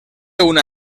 una